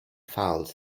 fouls